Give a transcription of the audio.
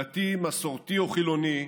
דתי מסורתי או חילוני,